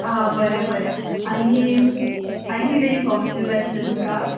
हां बरें बरें आनी आनी कितें इन्फॉमेशन जाय आसलें तुमकां